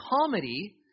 Comedy